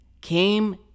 came